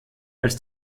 als